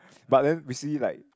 but then we see like